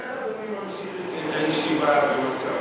איך אדוני ממשיך לקיים את הישיבה במצב כזה?